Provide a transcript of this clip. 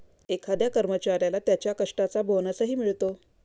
एखाद्या कर्मचाऱ्याला त्याच्या कष्टाचा बोनसही मिळतो